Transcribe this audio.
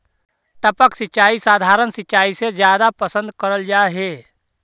टपक सिंचाई सधारण सिंचाई से जादा पसंद करल जा हे